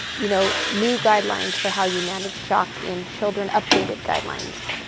you know new guidelines for how you manage shock in children updated guidelines,